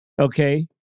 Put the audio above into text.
Okay